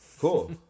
Cool